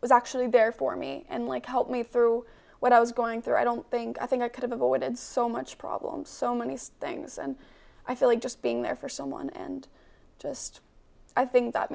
was actually there for me and like help me through what i was going through i don't think i think i could've avoided so much problems so many things and i feel like just being there for someone and just i think that